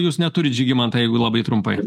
jūs neturit žygimantai jeigu labai trumpai